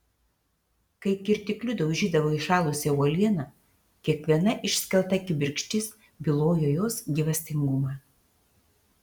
kai kirtikliu daužydavo įšalusią uolieną kiekviena išskelta kibirkštis bylojo jos gyvastingumą